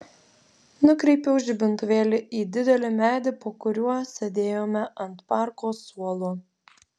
nukreipiau žibintuvėlį į didelį medį po kuriuo sėdėjome ant parko suolo